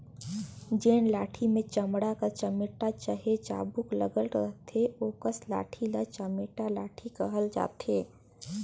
जेन लाठी मे चमड़ा कर चमेटा चहे चाबूक लगल रहथे ओकस लाठी ल चमेटा लाठी कहल जाथे